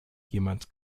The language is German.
jemand